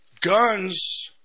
Guns